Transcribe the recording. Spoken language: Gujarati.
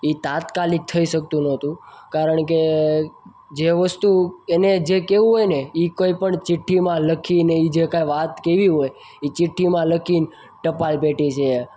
એ તાત્કાલિક થઈ શકતું નહોતું કારણ કે જે વસ્તુ એને જે કહેવું હોય ને એ કોઈપણ ચીઠ્ઠીમાં લખીને એ જે કાંઇ વાત કહેવી હોય એ ચીઠ્ઠીમાં લખીને ટપાલપેટી છે